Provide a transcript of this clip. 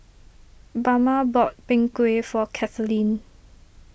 Bama bought Png Kueh for Kathaleen